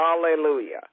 Hallelujah